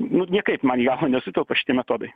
nu niekaip man į galvą nesutelpa šitie metodai